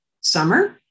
Summer